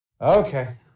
okay